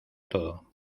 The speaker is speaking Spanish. todo